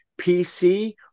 pc